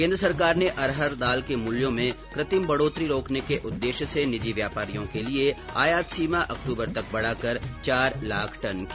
केन्द्र सरकार ने अरहर दाल के मुल्यों में कृत्रिम बढोतरी रोकने के उददेश्य से निजी व्यापारियों के लिये आयात सीमा अक्टूबर तक बढाकर चार लाख टन की